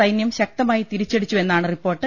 സൈനൃം ശക്തമായി തിരിച്ചടിച്ചുവെ ന്നാണ് റിപ്പോർട്ട്